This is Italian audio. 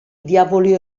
diavoli